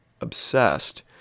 obsessed